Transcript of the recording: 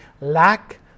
lack